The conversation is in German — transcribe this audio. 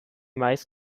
meist